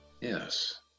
Yes